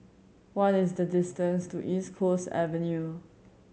what is the distance to East Coast Avenue